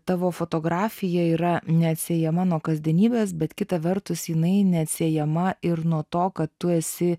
tavo fotografija yra neatsiejama nuo kasdienybės bet kita vertus jinai neatsiejama ir nuo to kad tu esi